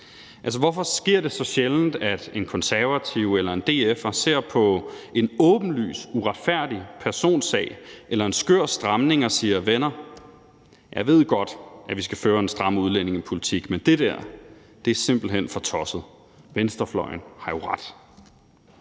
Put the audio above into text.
oftere. Hvorfor sker det så sjældent, at en konservativ eller en DF'er ser på en åbenlyst uretfærdig personsag eller en skør stramning og siger: Venner, jeg ved godt, at vi skal føre en stram udlændingepolitik, men det der er simpelt hen for tosset; venstrefløjen har jo ret?